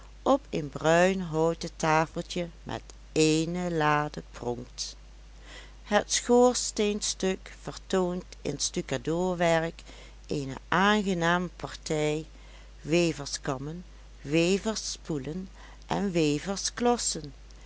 op een bruinhouten tafeltje met ééne lade pronkt het schoorsteenstuk vertoont in stukadoorwerk eene aangename partij weverskammen weversspoelen en weversklossen